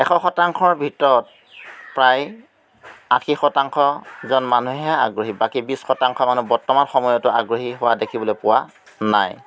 এশ শতাংশৰ ভিতৰত প্ৰায় আশী শতাংশজন মানুহেহে আগ্ৰহী বাকী বিছ শতাংশ মানুহ বৰ্তমান সময়তো আগ্ৰহী হোৱা দেখিবলৈ পোৱা নাই